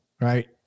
right